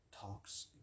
talks